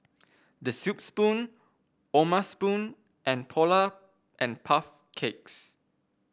The Soup Spoon O'ma Spoon and Polar and Puff Cakes